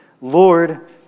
Lord